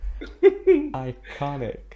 Iconic